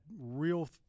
real –